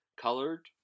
colored